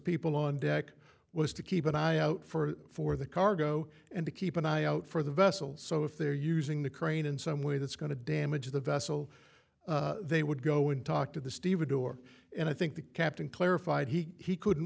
people on deck was to keep an eye out for for the cargo and to keep an eye out for the vessel so if they're using the crane in some way that's going to damage the vessel they would go and talk to the stevedore and i think the captain clarified he couldn't